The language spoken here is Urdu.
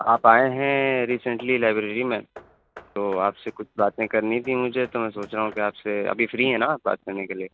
آپ آئے ہیں ریسینٹلی لائبریری میں تو آپ سے کچھ باتیں کرنی تھیں مجھے تو میں سوچ رہا ہوں کہ آپ سے ابھی فری ہیں نا بات کرنے کے لیے